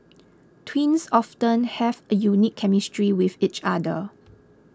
twins often have a unique chemistry with each other